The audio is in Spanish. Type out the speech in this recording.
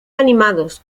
animados